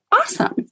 awesome